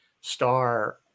star –